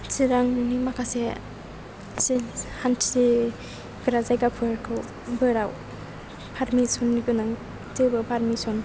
चिरांनि माखासे हानथिग्रा जायगाफोराव पारमिस'न नि गोनां जेबो पारमिस'न